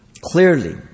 clearly